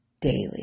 daily